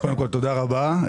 קודם כל תודה רבה.